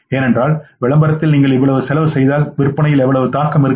ஏனென்றால் விளம்பரத்தில் நீங்கள் இவ்வளவு செலவு செய்தால் விற்பனையில் எவ்வளவு தாக்கம் இருக்கும்